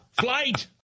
flight